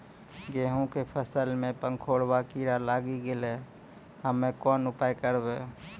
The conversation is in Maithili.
गेहूँ के फसल मे पंखोरवा कीड़ा लागी गैलै हम्मे कोन उपाय करबै?